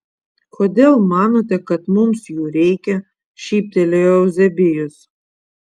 kodėl manote kad mums jų reikia šyptelėjo euzebijus